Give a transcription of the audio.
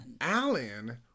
Alan